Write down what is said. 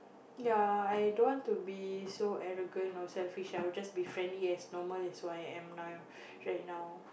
ya i don't want to be so arrogant or selfish I will just be friendly and normal as who I am now right now